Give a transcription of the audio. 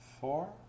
four